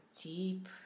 deep